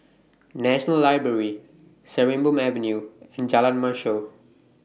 National Library Sarimbun Avenue and Jalan Mashor